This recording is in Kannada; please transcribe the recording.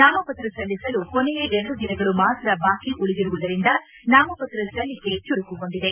ನಾಮಪತ್ರ ಸಲ್ಲಿಸಲು ಕೊನೆಯ ಎರಡು ದಿನಗಳು ಮಾತ್ರ ಬಾಕಿ ಉಳಿದಿರುವುದರಿಂದ ನಾಮಪತ್ರ ಸಲ್ಲಿಕೆ ಚುರುಕುಗೊಂಡಿದೆ